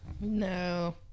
no